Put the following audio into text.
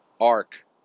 arc